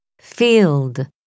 field